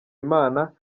imana